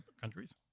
countries